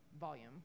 volume